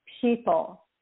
people